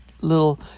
little